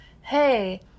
Hey